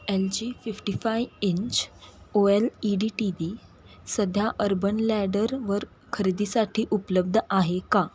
L G fifty five inch O L E D T V सध्या Urban लॅडरवर खरेदीसाठी उपलब्ध आहे का